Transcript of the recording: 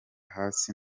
hasi